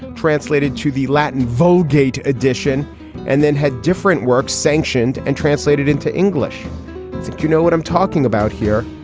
translated to the latin vote gate edition and then had different works sanctioned and translated into english you know what i'm talking about here?